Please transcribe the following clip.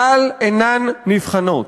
כלל אינן נבחנות.